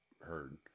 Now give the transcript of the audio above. heard